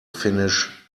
finish